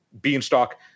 Beanstalk